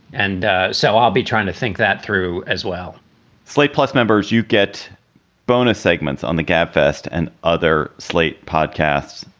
and so i'll be trying to think that through as well slate plus members, you get bonus segments on the gabfest and other slate podcasts,